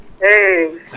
Hey